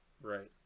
right